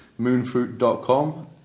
moonfruit.com